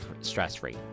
stress-free